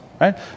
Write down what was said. right